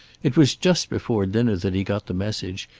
it was just before dinner that he got the message,